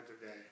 today